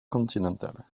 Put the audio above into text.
continental